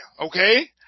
okay